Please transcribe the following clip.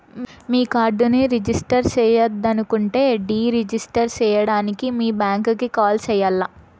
మీ కార్డుని రిజిస్టర్ చెయ్యొద్దనుకుంటే deregister సేయడానికి మీ బ్యాంకీకి కాల్ సెయ్యాల్ల